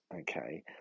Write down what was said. okay